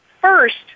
First